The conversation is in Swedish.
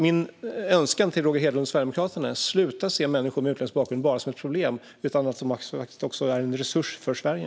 Min önskan till Roger Hedlund och Sverigedemokraterna är: Sluta att se människor med utländsk bakgrund bara som ett problem! De är faktiskt en resurs för Sverige.